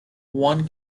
one